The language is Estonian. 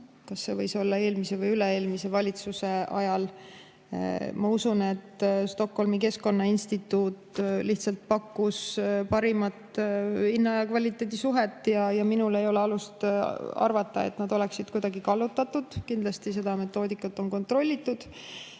aastal 2019, eelmise või üle-eelmise valitsuse ajal. Ma usun, et Stockholmi Keskkonnainstituut lihtsalt pakkus parimat hinna ja kvaliteedi suhet. Minul ei ole alust arvata, et nad oleksid kuidagi kallutatud. Kindlasti on nende metoodikat kontrollitud.